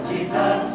Jesus